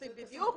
בדיוק